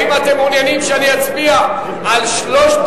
האם אתם מעוניינים שאני אצביע על שלושת